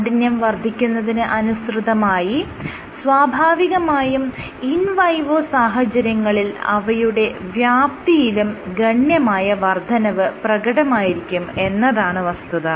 കാഠിന്യം വർദ്ധിക്കുന്നതിന് അനുസൃതമായി സ്വാഭാവികമായും ഇൻ വൈവോ സാഹചര്യങ്ങളിൽ അവയുടെ വ്യാപ്തിയിലും ഗണ്യമായ വർദ്ധനവ് പ്രകടമായിരിക്കും എന്നതാണ് വസ്തുത